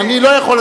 אני לא יכול,